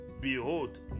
Behold